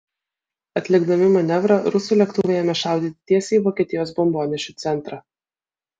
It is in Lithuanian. atlikdami manevrą rusų lėktuvai ėmė šaudyti tiesiai į vokietijos bombonešių centrą